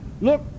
look